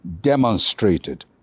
demonstrated